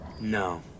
No